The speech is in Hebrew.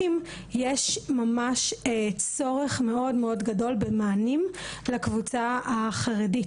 שיש ממש צורך מאוד גדול במענים לקבוצה החרדית.